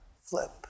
flip